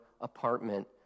apartment